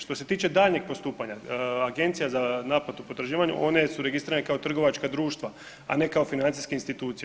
Što se tiče daljnjeg postupanja, Agencija za naplatu potraživanja one su registrirane kao trgovačka društva, a ne kao financijske institucije.